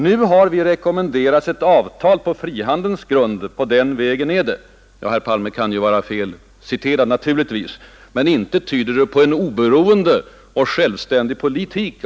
Nu har vi rekommenderats ett avtal på frihandelns grund. På den vägen är det.” Herr Palme kan naturligtvis vara felciterad, men om det här är riktigt, inte tyder det på en oberoende och självständig politik.